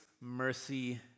mercy